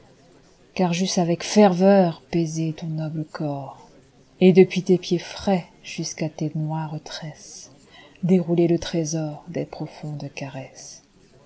car j'eusse avec ferveur baisé ton noble corps et depuis tes pieds frais jusqu'à tes noires tressesdéroulé le trésor des profondes caresses